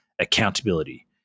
Accountability